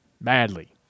badly